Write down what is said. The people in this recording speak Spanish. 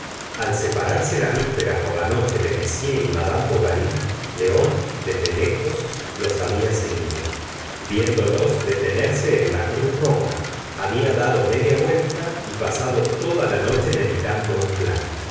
al separarse la víspera por la noche de m y ma dame bovary león desde lejos los babia seguido viéndolos detenerse en la cruz roja babia dado media vuelta y pasado toda la noche meditando un plan